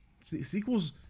Sequels